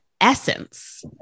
essence